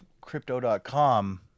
crypto.com